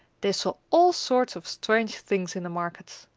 they saw all sorts of strange things in the market.